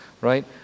right